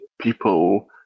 people